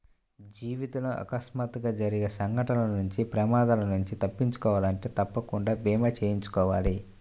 జీవితంలో అకస్మాత్తుగా జరిగే సంఘటనల నుంచి ప్రమాదాల నుంచి తప్పించుకోవాలంటే తప్పకుండా భీమా చేయించుకోవాలి